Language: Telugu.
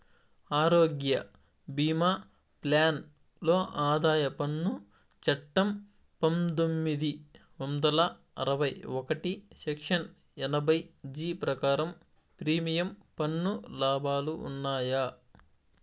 ఆరోగ్య భీమా ప్లాన్ లో ఆదాయ పన్ను చట్టం పందొమ్మిది వందల అరవై ఒకటి సెక్షన్ ఎనభై జీ ప్రకారం ప్రీమియం పన్ను లాభాలు ఉన్నాయా?